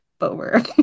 over